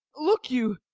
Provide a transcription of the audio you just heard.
look you,